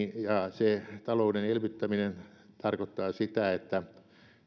se talouden elvyttäminen tarkoittaa sitä että